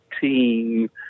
team